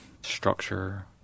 structure